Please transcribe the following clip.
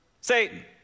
Satan